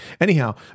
Anyhow